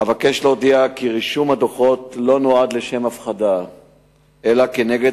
אבקש להודיע כי רישום הדוחות לא נועד להפחדה אלא היה נגד